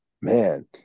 Man